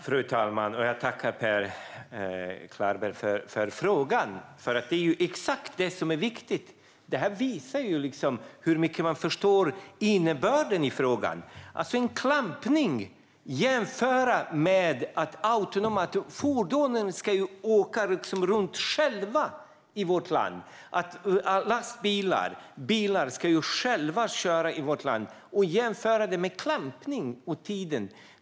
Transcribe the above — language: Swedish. Fru talman! Jag tackar Per Klarberg för frågan. Det är exakt detta som är viktigt. Det här visar hur mycket man förstår av innebörden i frågan - att jämföra en klampning med autonoma fordon! De ska ju åka runt för sig själva i vårt land. Lastbilar och bilar ska köra själva i vårt land, och det jämför ni med klampning och tiden för det.